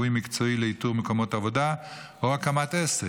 ליווי מקצועי לאיתור מקומות עבודה או הקמת העסק,